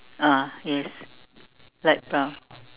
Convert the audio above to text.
ah yes light brown